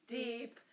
deep